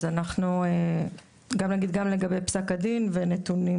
אז נגיד גם לגבי פסק הדין ונתונים.